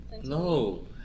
No